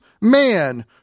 man